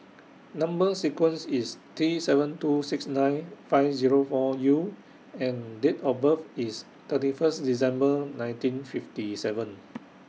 Number sequence IS T seven two six nine five Zero four U and Date of birth IS thirty First December nineteen fifty seven